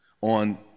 on